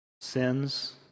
sins